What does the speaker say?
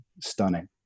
stunning